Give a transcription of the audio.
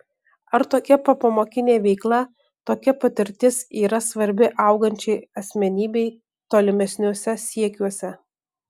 ar tokia popamokinė veikla tokia patirtis yra svarbi augančiai asmenybei tolimesniuose siekiuose